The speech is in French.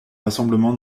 rassemblement